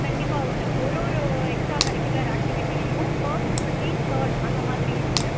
கண்டிப்பாக உண்டு ஒரு ஒரு எக்ஸ்ட்ரா கரிக்குலர் ஆக்டிவிட்டிலேயும் ஃபஸ்ட்டு செகண்ட் தேர்டு அந்த மாதிரி இருக்குது